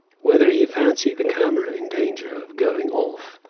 whether he fancied the camera in danger of going off,